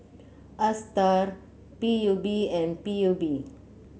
Astar P U B and P U B